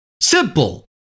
Simple